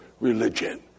religion